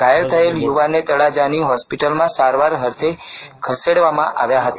ઘાયલ થયેલ યુવાનને તળાજોની હોસ્પિટલમાં સારવાર અર્થે ખસેડવામાં આવ્યો હતો